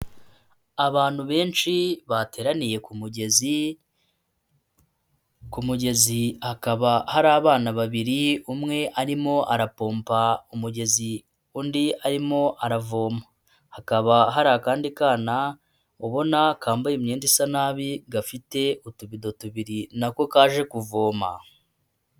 Abantu benshi bateraniye ku mugezi, ku mugezi hakaba hari abana babiri, umwe arimo arapompa umugezi, undi arimo aravoma, hakaba hari akandi kana ubona kambaye imyenda isa nabi gafite utubido tubiri nako kaje kuvoma.